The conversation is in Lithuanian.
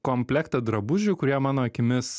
komplektą drabužių kurie mano akimis